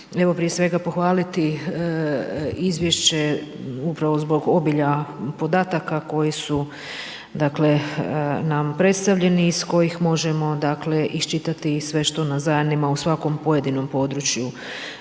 prije svega pohvaliti izvješće upravo zbog obilja podataka, koji su nam predstavljani, iz kojih možemo dakle, iščitati i sve što nas zanima u svakom pojedinom području